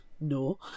No